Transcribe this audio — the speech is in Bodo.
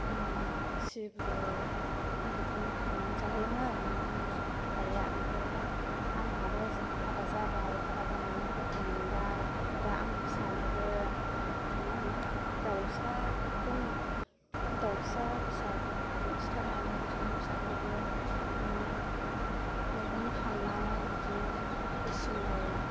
सिब्रु बिदिनो खांनानै जाहोयो मोन आरो आंनो आइआ आमफाय दा आंहाबो हाबा जाबाय हाबा जानानै गथ' मोनबाय दा आं फिसानोबो मा होनो दाउसा दाउसा फिसा सिथारनानै बिदिनो फिसाखौबो मैगं खांनानै बिदिनो उसुमै